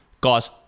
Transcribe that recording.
Guys